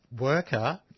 worker